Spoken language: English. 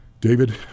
David